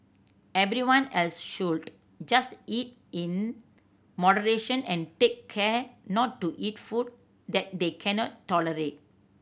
everyone else should just eat in moderation and take care not to eat food that they cannot tolerate